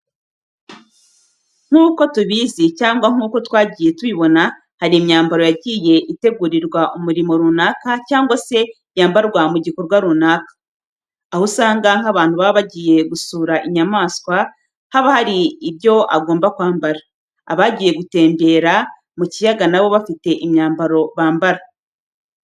Nk'uko tubizi cyangwa nk'uko twagiye tubibona hari imyambaro yagiye itegurirwa umurimo runaka cyangwa se yambarwa mu gikorwa runaka. Aho usanga nk'abantu baba bagiye gusura inyamaswa, haba hari ibyo agomba kwambara. Abagiye gutembera mu kiyaga na bo bafite imyambaro bambara.